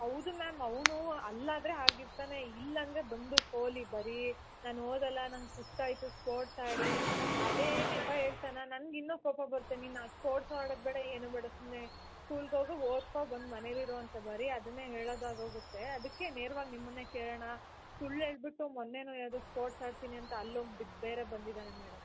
ಹೌದು ಮ್ಯಾಮ್ ಅವನು ಅಲ್ಲಿ ಆದರೆ ಹಾಗೆ ಇರ್ತಾನೆ ಇಲ್ಲಿ ಅಂದರೆ ಬಂದು ಪೋಲಿ ಬರೀ ನಾನು ಓದಲ್ಲ ನಾನು ಸುಸ್ತು ಆಯಿತು ಸ್ಪೋರ್ಟ್ಸ್ ಆಡಿ ಅದೇ ನೆಪ ಹೇಳ್ತಾನೆ ನಂಗೆ ಇನ್ನು ಕೋಪ ಬರುತ್ತೆ ನೀನು ಆ ಸ್ಪೋರ್ಟ್ಸ್ ಆಡೋದು ಬೇಡ ಏನು ಬೇಡ ಸುಮ್ಮನೆ ಸ್ಕೂಲ್ಗೆ ಹೋಗು ಓದ್ಕೋ ಬಂದು ಮನೆಯಲ್ಲಿರು ಅಂತ ಬರೀ ಅದನ್ನೇ ಹೇಳೋದು ಆಗೋಗುತ್ತೆ ಅದಕ್ಕೆ ನೇರವಾಗಿ ನಿಮ್ಮನ್ನೇ ಕೇಳೋಣ ಸುಳ್ಳು ಹೇಳಿಬಿಟ್ಟು ಮೊನ್ನೆ ಯಾವುದೋ ಸ್ಪೋರ್ಟ್ಸ್ ಆಡ್ತೀನಿ ಅಂತ ಅಲ್ಲೋಗಿ ಬಿದ್ದು ಬೇರೆ ಬಂದಿದಾನೆ ಮೇಡಮ್